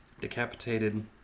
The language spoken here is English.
Decapitated